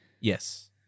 Yes